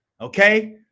Okay